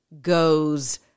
goes